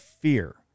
fear